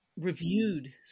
reviewed